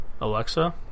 Alexa